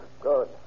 Good